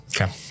Okay